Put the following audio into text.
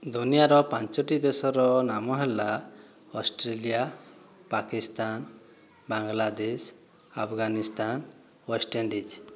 ଦୁନିଆର ପାଞ୍ଚଟି ଦେଶର ନାମ ହେଲା ଅଷ୍ଟ୍ରେଲିଆ ପାକିସ୍ତାନ ବାଂଲାଦେଶ ଆଫଗାନିସ୍ତାନ ୱେଷ୍ଟଇଣ୍ଡିଜ